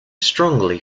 strongly